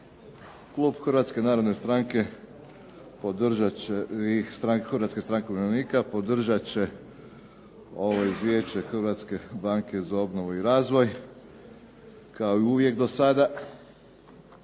Klub HNS-a i HSU-a podržat će ovo izvješće Hrvatske banke za obnovu i razvoj kao i uvijek do sada.